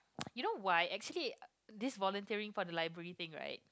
you know why actually this volunteering for the library thing right